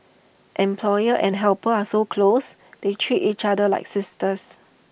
employer and helper are so close they treat each other like sisters